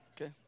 Okay